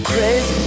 Crazy